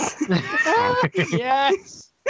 Yes